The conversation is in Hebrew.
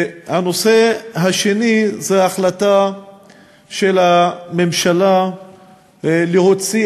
והנושא השני זה ההחלטה של הממשלה להוציא